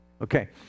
okay